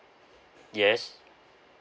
yes